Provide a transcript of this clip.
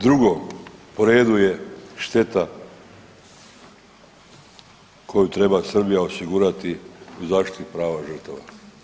Drugo, po redu je šteta koju treba Srbija osigurati u zaštiti prava žrtava.